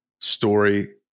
story